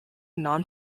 non